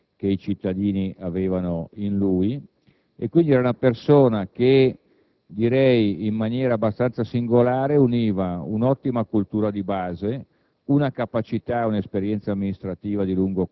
tre mandati, a dimostrazione della fiducia che i cittadini nutrivano in lui. Si trattava, pertanto, di una persona che in maniera abbastanza singolare univa un'ottima cultura di base